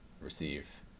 receive